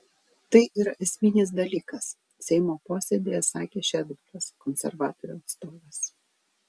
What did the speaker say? tai yra esminis dalykas seimo posėdyje sakė šedbaras konservatorių atstovas